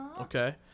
Okay